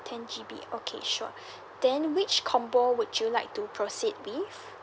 ten G_B okay sure then which combo would you like to proceed with